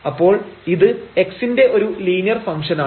അപ്പോൾ ഇത് x ന്റെ ഒരു ലീനിയർ ഫംഗ്ഷൻ ആണ്